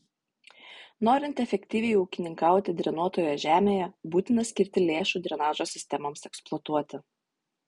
norint efektyviai ūkininkauti drenuotoje žemėje būtina skirti lėšų drenažo sistemoms eksploatuoti